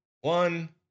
one